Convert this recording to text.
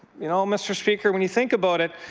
you know, mr. speaker, when you think about it,